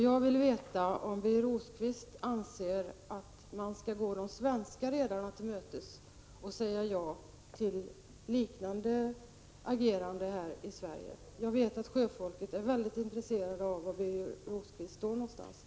Jag vill veta om Birger Rosqvist anser att man skall gå de svenska redarna till mötes och säga ja till ett liknande agerande här i Sverige. Sjöfolket är mycket intresserat av att få veta var Birger Rosqvist står i den frågan.